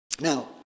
Now